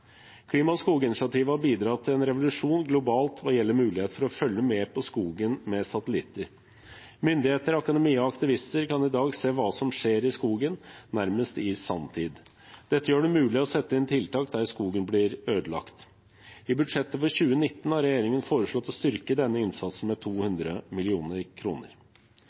Klima- og skoginitiativet har bidratt til en revolusjon globalt hva gjelder muligheten for å følge med på skogen med satellitter. Myndigheter, akademia og aktivister kan i dag se hva som skjer i skogen, nærmest i sanntid. Dette gjør det mulig å sette inn tiltak der skogen blir ødelagt. I budsjettet for 2019 har regjeringen foreslått å styrke denne innsatsen med 200